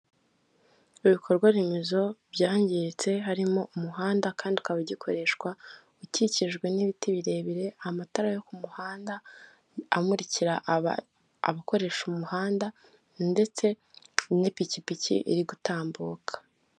Ibikorwaremezo byangiritse harimo umuhanda kandi ukaba ugikoreshwa ukikijwe n'ibiti birebire. Amatara yo ku muhanda amurikira abakoresha umuhanda ndetse n'pikipiki iri gutambuka.